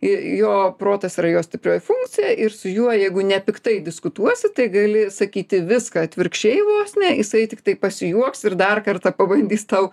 jo protas yra jo stiprioji funkcija ir su juo jeigu nepiktai diskutuosi tai gali sakyti viską atvirkščiai vos ne jisai tiktai pasijuoks ir dar kartą pabandys tau